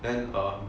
then um